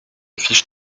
fiche